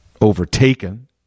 overtaken